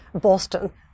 Boston